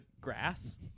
grass